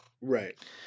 Right